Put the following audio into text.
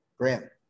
Graham